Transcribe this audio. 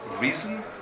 reason